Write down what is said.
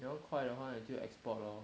你要快的话你就 export lor